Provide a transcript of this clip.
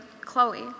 Chloe